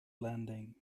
landing